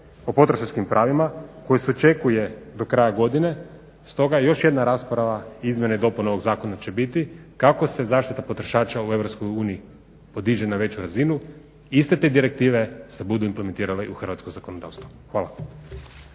o potrošačkim pravima koja se očekuje do kraja godine, stoga još jedna rasprava izmjena i dopuna ovog zakona će biti. Kako se zaštita potrošača u Europske uniji podiže na veću razinu iste te direktive se budu implementirale u hrvatsko zakonodavstvo. Hvala.